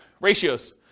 Ratios